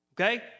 Okay